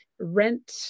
rent